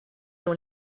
dans